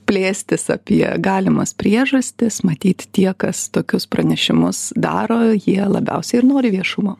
plėstis apie galimas priežastis matyt tie kas tokius pranešimus daro jie labiausiai ir nori viešumo